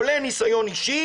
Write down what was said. כולל ניסיון אישי,